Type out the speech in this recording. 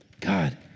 God